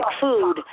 food